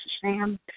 Sam